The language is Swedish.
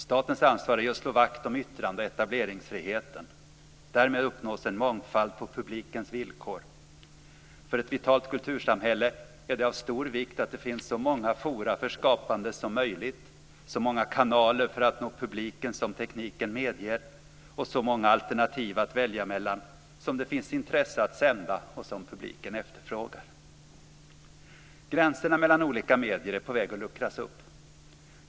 Statens ansvar är att slå vakt om yttrande och etableringsfriheten. Därmed uppnås en mångfald på publikens villkor. För ett vitalt kultursamhälle är det av stor vikt att det finns så många forum för skapande som möjligt, så många kanaler för att nå publiken som tekniken medger och så många alternativ att välja mellan som det finns intresse att sända och som publiken efterfrågar. Gränserna mellan olika medier är på väg att luckras upp.